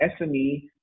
SME